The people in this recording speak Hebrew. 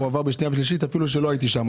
הוא עבר בשנייה ושלישית, אפילו שלא הייתי שם.